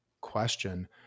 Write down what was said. question